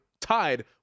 tied